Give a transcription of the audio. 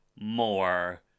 More